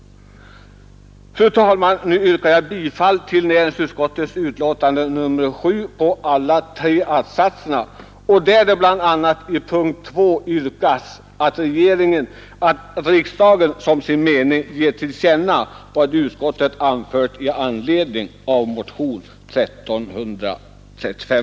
Fru talman! Jag yrkar nu bifall till näringsutskottets hemställan i betänkande nr 7 på alla tre punkterna, där det bl.a. i punkten 2 yrkas att riksdagen som sin mening ger till känna vad utskottet anfört i anslutning till motionen 1335.